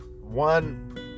one